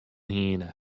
hiene